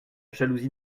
jalousie